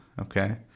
okay